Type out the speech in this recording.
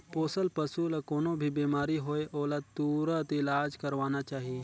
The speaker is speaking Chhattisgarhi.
पोसल पसु ल कोनों भी बेमारी होये ओला तुरत इलाज करवाना चाही